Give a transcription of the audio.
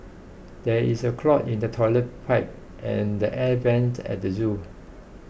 there is a clog in the Toilet Pipe and the Air Vents at the zoo